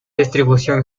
distribución